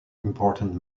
important